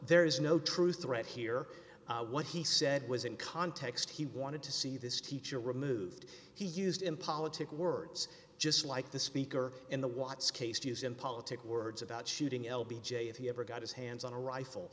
there is no true threat here what he said was in context he wanted to see this teacher removed he used him politic words just like the speaker in the watts case to use in politic words about shooting l b j if he ever got his hands on a rifle